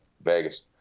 Vegas